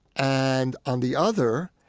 and, on the other,